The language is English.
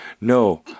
no